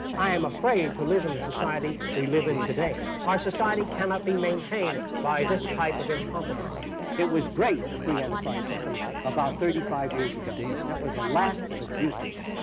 i am afraid to live in the society we live in today. our society cannot be maintained by this type of incompetency. it was great the free enterprise system about thirty five years ago. that was the last of its usefulness.